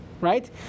right